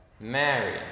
Mary